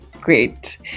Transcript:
great